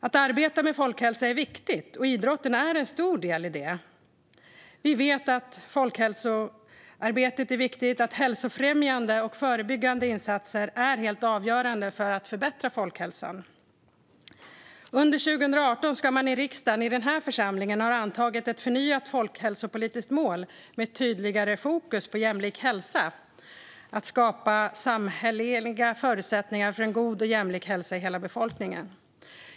Att arbeta med folkhälsa är viktigt, och idrotten är en stor del i detta. Vi vet att folkhälsoarbetet är viktigt och att hälsofrämjande och förebyggande insatser är helt avgörande för att förbättra folkhälsan. Under 2018 antog man i riksdagen, i den här församlingen, ett förnyat folkhälsopolitiskt mål med ett tydligare fokus på jämlik hälsa: att skapa samhälleliga förutsättningar för en god och jämlik hälsa i hela befolkningen.